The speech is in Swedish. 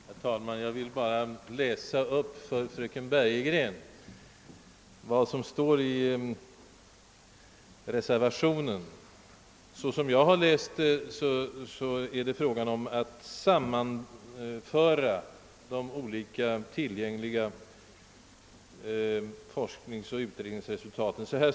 Herr talman! Jag vill bara för fröken Bergegren läsa upp en del av vad som står i reservationen. Såsom jag uppfattat den syftar den till att sammanföra de olika tillgängliga forskningsoch utredningsresultaten till en helhet.